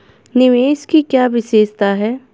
निवेश की क्या विशेषता है?